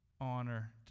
honor